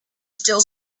still